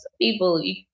People